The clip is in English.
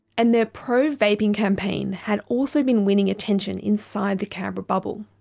and their pro-vaping campaign had also been winning attention inside the canberra bubble.